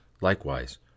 likewise